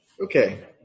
Okay